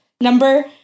number